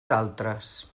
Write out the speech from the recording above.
altres